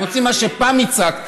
הם רוצים את מה שפעם ייצגתם.